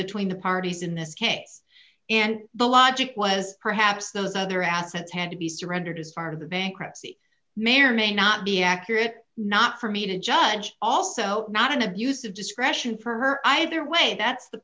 between the parties in this case and the logic was perhaps those other assets had to be surrendered as far the bankruptcy may or may not be accurate not for me to judge also not an abuse of discretion for her either way that's the